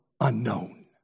unknown